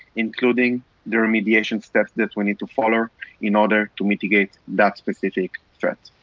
including the remediation steps that we need to follow in order to mitigate that specific threat.